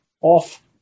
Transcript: off